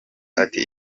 ati